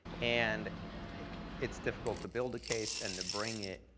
and it's difficult to build a case and to bring it,